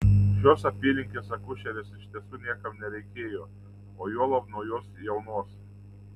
šios apylinkės akušerės iš tiesų niekam nereikėjo o juolab naujos jaunos